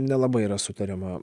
nelabai yra sutariama